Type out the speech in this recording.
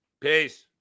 Peace